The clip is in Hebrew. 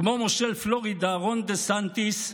כמו מושל פלורידה רון דה-סנטיס,